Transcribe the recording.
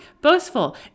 boastful